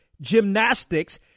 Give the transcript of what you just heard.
gymnastics